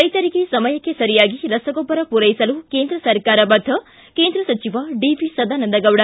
ರೈತರಿಗೆ ಸಮಯಕ್ಕೆ ಸರಿಯಾಗಿ ರಸಗೊಬ್ಲರ ಪೂರೈಸಲು ಕೇಂದ್ರ ಸರ್ಕಾರ ಬದ್ದ ಕೇಂದ್ರ ಸಚಿವ ಸದಾನಂದ ಗೌಡ್